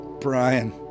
Brian